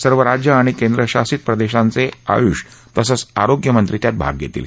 सर्व राज्य आणि केंद्रशासित प्रदेशांचे आयुष तसंच आरोग्य मंत्री त्यात भाग घेतील